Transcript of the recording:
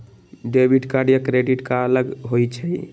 Debit card या credit card अलग होईछ ई?